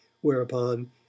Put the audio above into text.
Whereupon